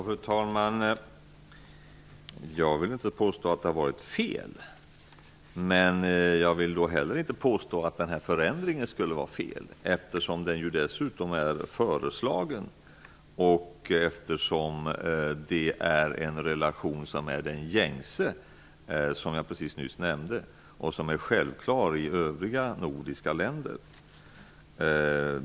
Fru talman! Jag vill inte påstå att det har varit fel. Men jag vill heller inte påstå att förändringen skulle vara fel, eftersom den dessutom är föreslagen och eftersom det är en relation som är den gängse, vilket jag nyss nämnde, och som är självklar i övriga nordiska länder.